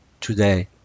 today